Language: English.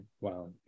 wow